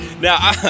Now